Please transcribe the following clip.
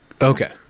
Okay